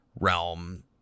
realm